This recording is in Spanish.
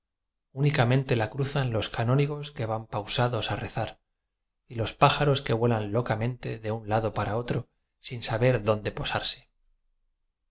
únicamente la cruzan los canónigos que van pausados a rezar y los pájaros que vuelan locamente de un lado para otro sin saber dónde po